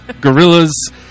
gorillas